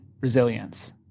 resilience